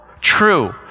true